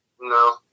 No